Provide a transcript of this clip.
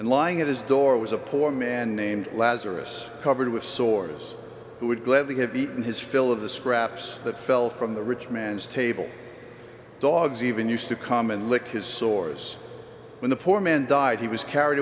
and lying at his door was a poor man named lazarus covered with sores who would gladly have eaten his fill of the scraps that fell from the rich man's table dogs even used to come and lick his sores when the poor man died he was carried